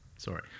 sorry